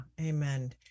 Amen